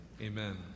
Amen